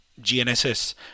GNSS